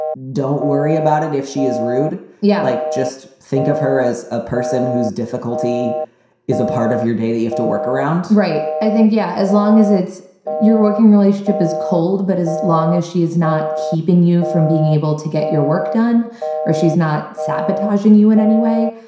don't worry about it if she is rude. yeah. like just think of her as a person whose difficulty is a part of your day off to work around right. i think. yeah. as long as it's your working relationship is cold. but as long as she is not keeping you from being able to get your work done or she's not sabotaging you in any way,